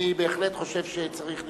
אני בהחלט חושב שצריך.